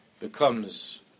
becomes